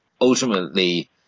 ultimately